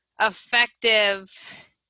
effective